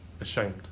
ashamed